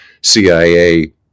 CIA